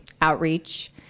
outreach